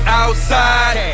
outside